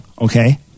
okay